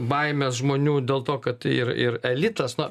baimės žmonių dėl to kad ir ir elitas na